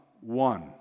one